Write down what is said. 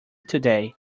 today